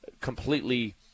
completely